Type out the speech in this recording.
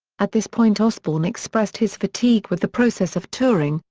at this point osbourne expressed his fatigue with the process of touring,